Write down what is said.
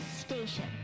station